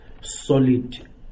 solid